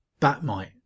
batmite